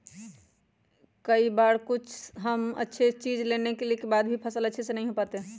कई बार हम अच्छे बीज लेने के बाद भी फसल अच्छे से नहीं हो पाते हैं?